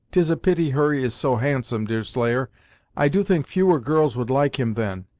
tis a pity hurry is so handsome, deerslayer i do think fewer girls would like him then,